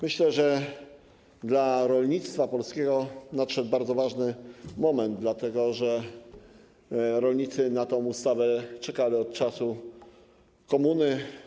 Myślę, że dla rolnictwa polskiego nadszedł bardzo ważny moment, dlatego że rolnicy na tę ustawę czekali od czasu komuny.